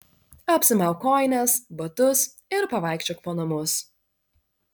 apsimauk kojines batus ir pavaikščiok po namus